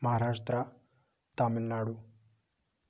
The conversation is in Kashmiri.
مَہاراشٹرا تامِل ناڑوٗ